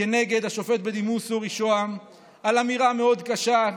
כנגד השופט בדימוס אורי שוהם על אמירה מאוד קשה,